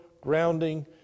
grounding